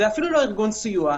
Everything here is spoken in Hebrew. זה אפילו לא ארגון סיוע.